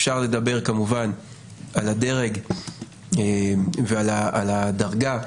אפשר לדבר כמובן על הדרג ועל הדרגה,